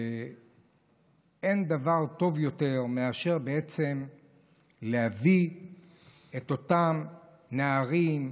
אין דבר טוב יותר מאשר להביא את אותם נערים,